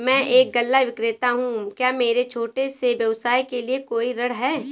मैं एक गल्ला विक्रेता हूँ क्या मेरे छोटे से व्यवसाय के लिए कोई ऋण है?